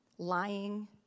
lying